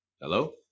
Hello